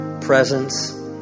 presence